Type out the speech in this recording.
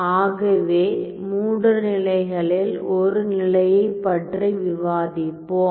ஆகவே மூன்று நிலைகளில் ஒரு நிலையைப் பற்றி விவாதிப்போம்